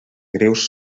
greus